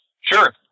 sure